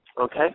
Okay